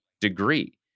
degree